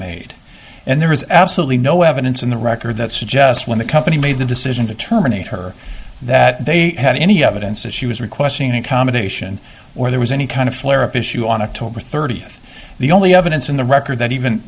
made and there is absolutely no evidence in the record that suggests when the company made the decision to terminate her that they had any evidence that she was requesting an accommodation or there was any kind of flare up issue on october thirtieth the only evidence in the record that even